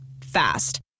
Fast